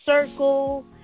circle